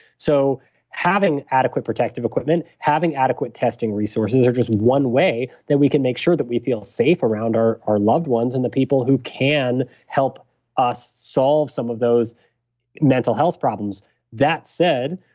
so having adequate protective equipment, having adequate testing resources are just one way that we can make sure that we feel safe around our our loved ones and the people who can help us solve some of those mental health problems that said,